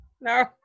No